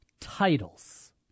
Titles